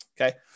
Okay